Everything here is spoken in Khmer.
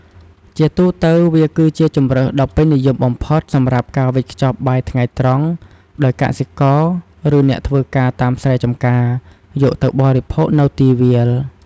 ជាទូទៅ វាគឺជាជម្រើសដ៏ពេញនិយមបំផុតសម្រាប់ការ វេចខ្ចប់បាយថ្ងៃត្រង់ ដោយកសិករ ឬអ្នកធ្វើការតាមស្រែចម្ការ យកទៅបរិភោគនៅទីវាល។